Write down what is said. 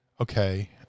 okay